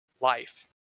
life